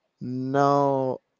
no